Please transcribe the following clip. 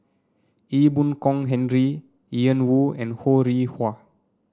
Ee Boon Kong Henry Ian Woo and Ho Rih Hwa